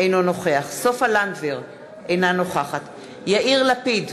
אינו נוכח סופה לנדבר, אינה נוכחת יאיר לפיד,